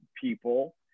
people